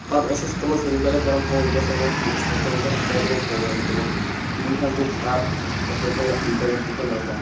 پَتہٕ ٲسۍ أسۍ کَمَن سٔروِس والٮ۪ن کران فون ییٚتہِ اَسہِ اَنے فِلِپٕس کَمپٔنی پٮ۪ٹھ اَسہِ کَرے تِمَن فون اَسہِ دوٚپ تِمَن ٹی وی حظ گوٚو خراب یَتھ ؤنۍتو یَتھ ییٖتو یَتھ دیٖتو نظرہ